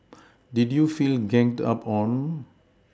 did you feel ganged up on